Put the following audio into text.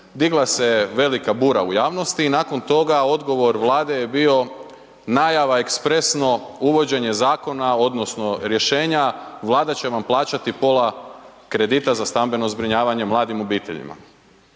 digla se je velika bura u javnosti i nakon toga, odgovor vlade je bio najava ekspresno, uvođenje zakona odnosno, rješenja vlada će vam plaćati pola kredita za stambeno zbrinjavanje mladim obiteljima,